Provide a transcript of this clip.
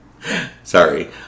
Sorry